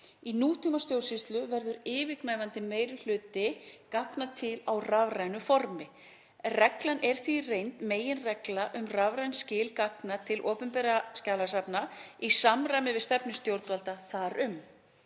Í nútímastjórnsýslu verður yfirgnæfandi meirihluti gagna til á rafrænu formi. Reglan er því í reynd meginregla um rafræn skil gagna til opinberra skjalasafna í samræmi við stefnu stjórnvalda þar um.